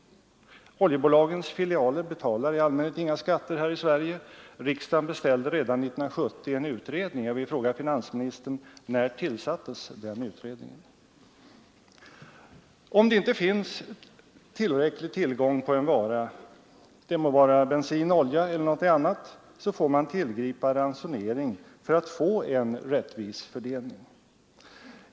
Oljebolagens filialer betalar i allmänhet inga skatter här i Sverige. Riksdagen beställde redan 1970 en utredning. Jag vill fråga finansministern: När tillsattes den utredningen? Om det inte finns tillräcklig tillgång på en vara, det må röra sig om bensin och olja eller någonting annat, får man tillgripa ransonering för att få en rättvis fördelning.